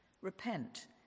Repent